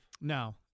No